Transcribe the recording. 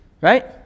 right